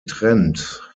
trend